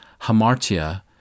hamartia